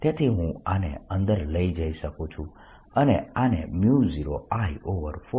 તેથી હું આને અંદર લઈ જઈ શકું છું અને આને 0I4π